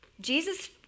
Jesus